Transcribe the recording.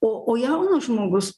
o o jaunas žmogus